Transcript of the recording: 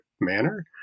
manner